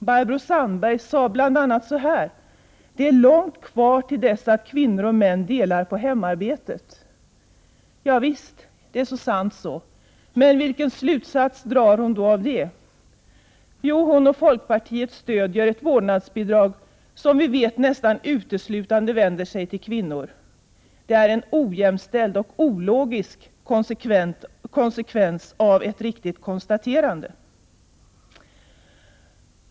Barbro Sandberg sade bl.a. så här: Det är långt kvar till dess kvinnor och män delar på hemarbetet. Javisst, det är så sant. Men vilken slutsats drar hon av det? Jo, hon och folkpartiet stödjer ett förslag till vårdnadsbidrag som vi vet nästan uteslutande vänder sig till kvinnor. Det är en ojämställd och ologisk konsekvens av ett riktigt konstaterande.